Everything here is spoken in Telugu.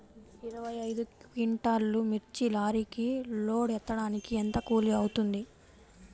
ఇరవై ఐదు క్వింటాల్లు మిర్చి లారీకి లోడ్ ఎత్తడానికి ఎంత కూలి అవుతుంది?